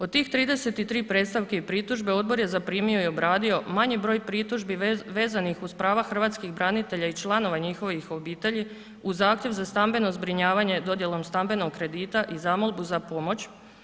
Od tih 33 predstavki i pritužbi odbor je zaprimo i obradio manji broj pritužbi vezanih uz prava Hrvatskih branitelja i članova njihovih obitelji uz zahtjev za stambeno zbrinjavanje dodjelom stambenog kredita i zamolbu za pomoć.